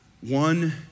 one